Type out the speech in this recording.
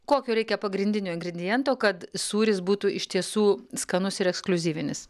kokio reikia pagrindinio ingrediento kad sūris būtų iš tiesų skanus ir ekskliuzyvinis